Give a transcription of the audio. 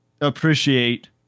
appreciate